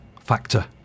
factor